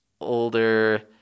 older